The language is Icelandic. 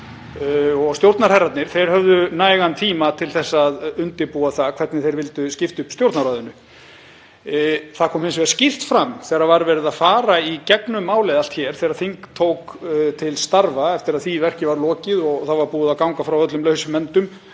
og stjórnarherrarnir höfðu nægan tíma til að undirbúa það hvernig þeir vildu skipta upp Stjórnarráðinu. Það kom hins vegar skýrt fram þegar verið var að fara í gegnum málið allt hér, þegar þing tók til starfa eftir að því verki var lokið og búið var að ganga frá öllum lausum endum,